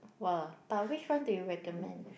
!wah! but which one do you recommend